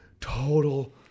total